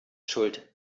schuld